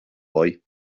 boy